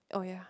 oh yeah